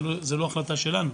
זה לא החלטה שלנו,